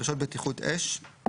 דרישות בטיחות אש,